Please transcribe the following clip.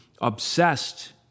obsessed